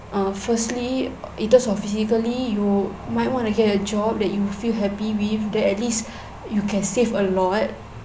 uh firstly in terms of physically you might want to get a job that you feel happy with that at least you can save a lot